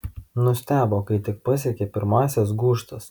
nustebo kai tik pasiekė pirmąsias gūžtas